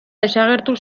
desagertu